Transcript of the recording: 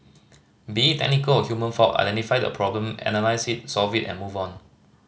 be it technical or human fault identify the problem and analyse it solve it and move on